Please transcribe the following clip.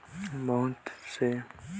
एक एकड़ म कतका ढोल दवई छीचे बर लगथे?